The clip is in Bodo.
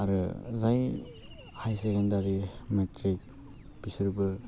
आरो जाय हाइसेकेन्डारि मेट्रिक बिसोरबो